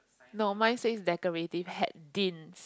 no mine said is decorative Haydin